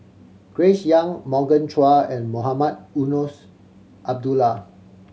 Grace Young Morgan Chua and Mohamed Eunos Abdullah